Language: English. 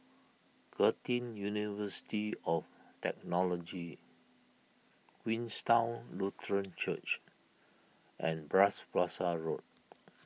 Curtin University of Technology Queenstown Lutheran Church and Bras Basah Road